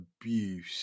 abuse